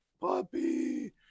puppy